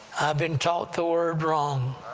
been taught the word wrong,